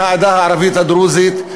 בני העדה הערבית הדרוזית,